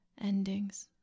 Endings